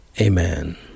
Amen